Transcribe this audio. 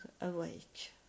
awake